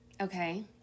Okay